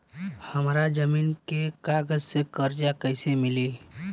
हमरा जमीन के कागज से कर्जा कैसे मिली?